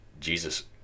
Jesus